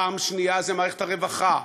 פעם שנייה זו מערכת הרווחה,